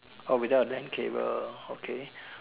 oh without land cable okay